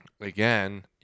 again